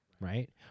Right